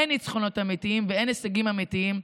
אין ניצחונות אמיתיים ואין הישגים אמיתיים.